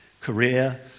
career